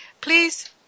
Please